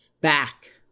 back